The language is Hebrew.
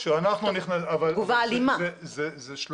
כשאתה מכריז הפרת סדר זה הופך להיות הפרת סדר?